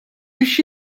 biex